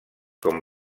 com